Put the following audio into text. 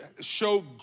show